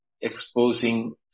exposing